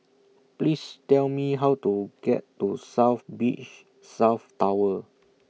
Please Tell Me How to get to South Beach South Tower